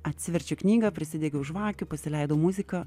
atsiverčiu knygą prisidegiau žvakių pasileidau muziką